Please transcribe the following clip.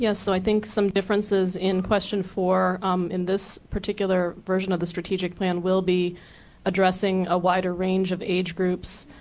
yeah so i think some differences in question four in this particular version of the strategic plan will be addressing a wider range of age groups